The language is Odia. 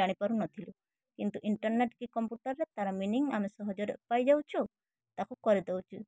ଜାଣି ପାରୁନଥିଲୁ କିନ୍ତୁ ଇଣ୍ଟରନେଟ୍ କି କମ୍ପୁଟର୍ରେ ତାର ମିନିଂ ଆମେ ସହଜରେ ପାଇଯାଉଛୁ ତାକୁ କରିଦଉଛୁ